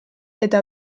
eta